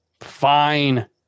Fine